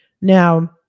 Now